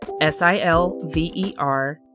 s-i-l-v-e-r